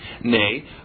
Nay